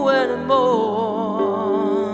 anymore